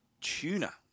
Tuna